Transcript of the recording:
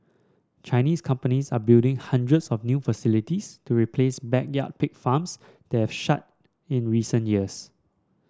Chinese companies are building hundreds of new facilities to replace backyard pig farms that have shut in recent years